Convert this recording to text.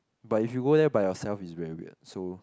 but if you go there by yourself it's very weird so